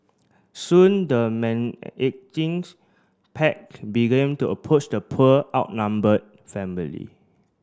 soon the pack began to approach the poor outnumbered family